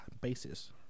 basis